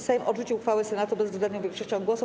Sejm odrzucił uchwałę Senatu bezwzględną większością głosów.